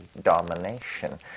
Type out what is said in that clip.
domination